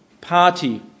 party